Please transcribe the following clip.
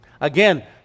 Again